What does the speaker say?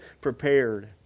prepared